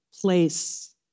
place